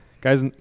Guys